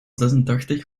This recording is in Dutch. zesentachtig